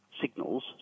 signals